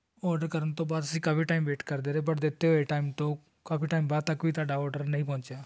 order ਕਰਨ ਤੋਂ ਬਾਅਦ ਅਸੀਂ ਕਾਫ਼ੀ ਟਾਈਮ ਵੇਟ ਕਰਦੇ ਰਹੇ ਬਟ ਦਿੱਤੇ ਹੋਏ ਟਾਈਮ ਤੋਂ ਕਾਫ਼ੀ ਟਾਈਮ ਬਾਅਦ ਤੱਕ ਵੀ ਤੁਹਾਡਾ ਔਡਰ ਨਹੀਂ ਪਹੁੰਚਿਆ